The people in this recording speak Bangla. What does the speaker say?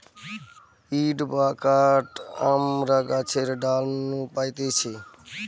উড বা কাঠ আমরা গাছের ডাল নু পাইতেছি